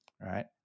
right